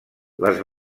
les